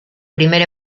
primer